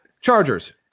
Chargers